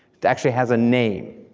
it actually has a name.